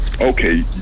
Okay